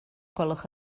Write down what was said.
gwelwch